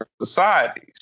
societies